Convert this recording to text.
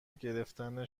گرفتن